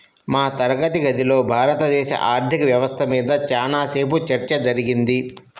మా తరగతి గదిలో భారతదేశ ఆర్ధిక వ్యవస్థ మీద చానా సేపు చర్చ జరిగింది